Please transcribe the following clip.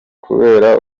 kubera